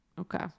Okay